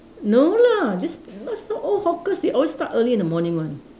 no lah this last time all hawkers they always start early in the morning one